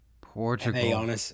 Portugal